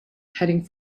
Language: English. heading